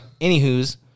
Anywho's